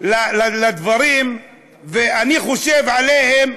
לדברים ואני חושב עליהם,